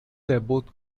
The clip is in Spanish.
debut